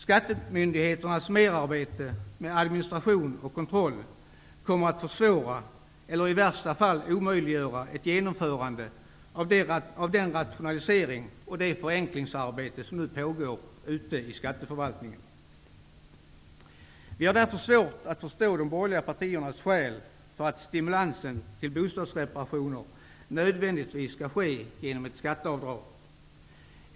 Skattemyndigheternas merarbete med administration och kontroll kommer att försvåra eller i värsta fall omöjliggöra ett genomförande av den rationalisering och det förenklingsarbete som nu pågår ute i skatteförvaltningen. Vi har därför svårt att förstå de borgerliga partiernas skäl för att stimulansen till bostadsreparationer nödvändigtvis skall ske genom ett skatteavdrag.